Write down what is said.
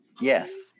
Yes